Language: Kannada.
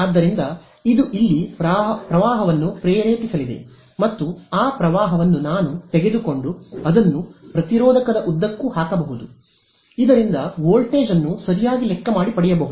ಆದ್ದರಿಂದಇದು ಇಲ್ಲಿ ಪ್ರವಾಹವನ್ನು ಪ್ರೇರೇಪಿಸಲಿದೆ ಮತ್ತು ಆ ಪ್ರವಾಹವನ್ನು ನಾನು ತೆಗೆದುಕೊಂಡು ಅದನ್ನು ಪ್ರತಿರೋಧಕದ ಉದ್ದಕ್ಕೂ ಹಾಕಬಹುದು ಇದರಿಂದ ವೋಲ್ಟೇಜ್ ಅನ್ನು ಸರಿಯಾಗಿ ಲೆಕ್ಕಮಾಡಿ ಪಡೆಯಬಹುದು